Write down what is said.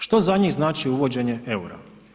Što za njih znači uvođenje eura?